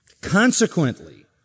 Consequently